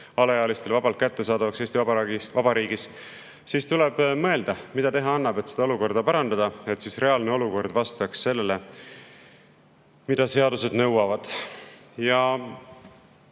massiliselt vabalt kättesaadavaks, siis tuleb mõelda, mida teha annab, et seda olukorda parandada, et reaalne olukord vastaks sellele, mida seadused nõuavad.